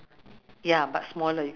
ah lorong two